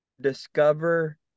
discover